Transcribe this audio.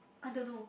I don't know